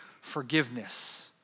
forgiveness